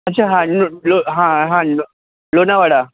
अच्छा हां लो लो हां हां लो लोणावळा